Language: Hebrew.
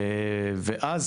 ואז,